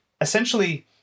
Essentially